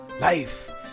life